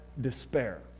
despair